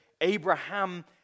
Abraham